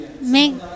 Make